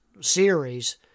series